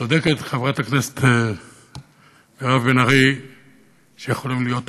צודקת חברת הכנסת מירב בן ארי שיכולים להיות הכול: